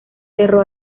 cerró